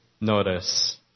notice